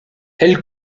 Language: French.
elle